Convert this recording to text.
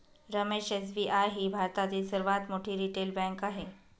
Ramesh SBI ही भारतातील सर्वात मोठी रिटेल बँक आहे